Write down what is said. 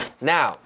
Now